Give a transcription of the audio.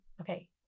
Okay